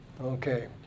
Okay